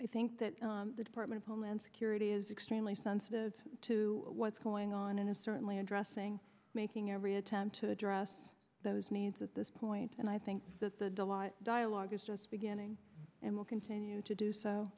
i think that the department of homeland security is extremely sensitive to what's going on and is certainly addressing making every attempt to address those needs at this point and i think that the dialogue just beginning and we'll continue to do so